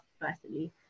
personally